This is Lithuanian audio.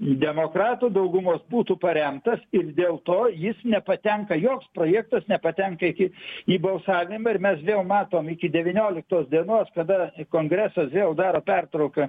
demokratų daugumos būtų paremtas ir dėl to jis nepatenka joks projektas nepatenka iki į balsavimą ir mes vėl matom iki devynioliktos dienos kada į kongresas vėl daro pertrauką